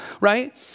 Right